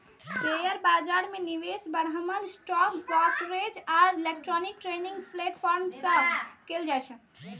share बाजार मे निवेश बरमहल स्टॉक ब्रोकरेज आ इलेक्ट्रॉनिक ट्रेडिंग प्लेटफॉर्म सं कैल जाइ छै